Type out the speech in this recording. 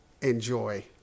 enjoy